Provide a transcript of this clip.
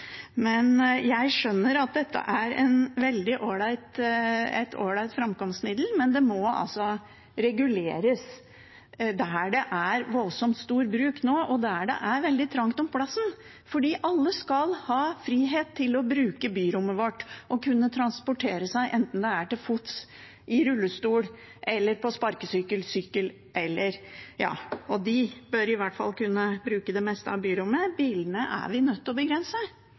Men jeg skjønner at dette er et veldig allright framkomstmiddel, men det må reguleres der det er voldsomt stor bruk nå, og der det er veldig trangt om plassen, fordi alle skal ha frihet til å bruke byrommet vårt og kunne transportere seg, enten det er til fots, i rullestol eller på sparkesykkel eller sykkel, og de bør i hvert fall kunne bruke det meste av byrommet. Bilene er vi nødt til å begrense